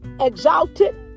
exalted